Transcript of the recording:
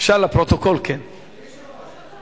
תכניס אותי לפרוטוקול, אדוני היושב-ראש?